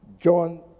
John